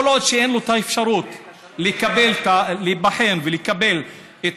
כל עוד אין האפשרות להיבחן ולקבל את